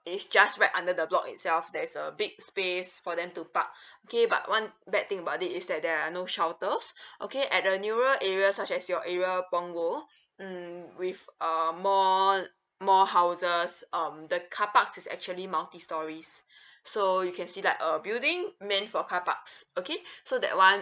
it's just right under the block itself there's a big space for them to park okay but one bad thing about this is that there are no shelters okay at the newer area such as your area punggol mm with um more more houses um the car park is actually multi stories so you can see that uh building meant for car parks okay so that [one]